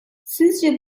sizce